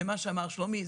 זה הרציונל שאמר שלומי.